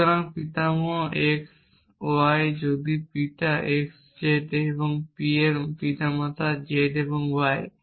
সুতরাং পিতামহ x y যদি পিতা x z এবং p মানে পিতামাতা z y